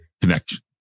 connection